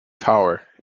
tower